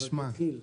זה רק התחיל.